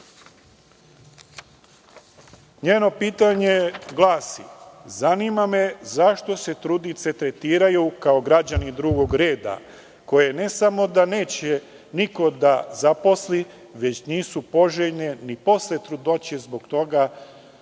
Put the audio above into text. Njeno pitanje glasi – zanima me zašto se trudnice tretiraju kao građani drugog reda, koje ne samo da neće niko da zaposli, već nisu poželjne ni posle trudnoće zbog toga